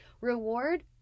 reward